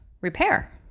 repair